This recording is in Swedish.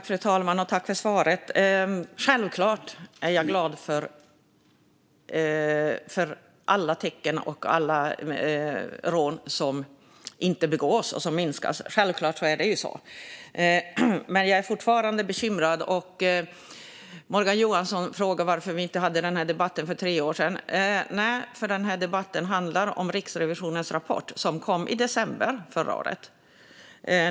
Fru talman! Självklart är jag glad för alla tecken på att rånen minskar och för alla rån som inte begås - självklart är det så. Men jag är fortfarande bekymrad. Morgan Johansson frågar varför vi inte hade den här debatten för tre år sedan. Det är för att den här debatten handlar om Riksrevisionens rapport, som kom i december förra året.